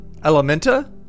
Elementa